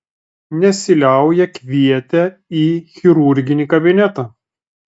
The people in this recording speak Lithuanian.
nesiliauja kvietę į chirurginį kabinetą